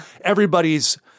Everybody's